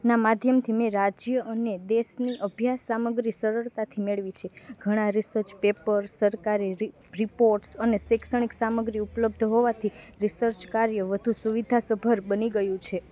ના માધ્યમથી મેં રાજ્ય અને દેશની અભ્યાસ સામગ્રી સરળતાથી મેળવી છે ઘણા રિસર્ચ પેપર સરકારી રિપોર્ટ્સ અને શૈક્ષણિક સામગ્રીઓ ઉપલબ્ધ હોવાથી રિસર્ચ કાર્ય વધુ સુવિધાસભર બની ગયું છે